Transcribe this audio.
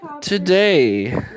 today